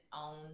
own